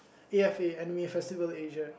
A F A Anime Festival Asia